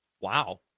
Wow